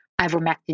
ivermectin